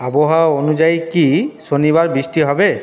আবহাওয়া অনুযায়ী কি শনিবার বৃষ্টি হবে